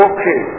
Okay